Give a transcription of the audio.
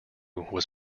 was